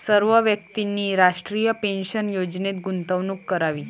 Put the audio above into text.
सर्व व्यक्तींनी राष्ट्रीय पेन्शन योजनेत गुंतवणूक करावी